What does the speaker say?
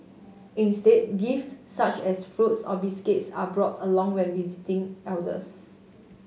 instead gifts such as fruits or biscuits are brought along when visiting elders